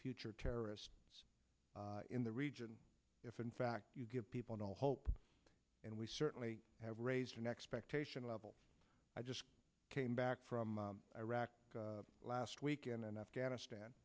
future terrorists in the region if in fact you give people no hope and we certainly have raised an expectation level i just came back from iraq last weekend and afghanistan